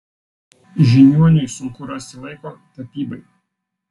žiniuoniui sunku rasti laiko tapybai